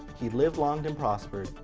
he lived long and prospered.